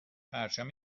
پرچم